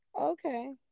okay